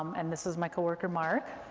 um and this is my coworker, mark.